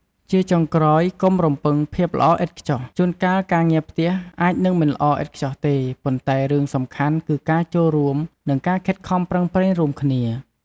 ជាចុងក្រោយ កុំរំពឹងភាពល្អឥតខ្ចោះ ជួនកាលការងារផ្ទះអាចនឹងមិនល្អឥតខ្ចោះទេ ប៉ុន្តែរឿងសំខាន់គឺការចូលរួម និងការខិតខំប្រឹងប្រែងរួមគ្នា។